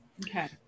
Okay